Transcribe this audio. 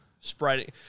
spreading